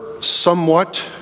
somewhat